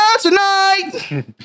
tonight